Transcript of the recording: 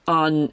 on